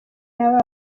n’aba